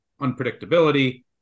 unpredictability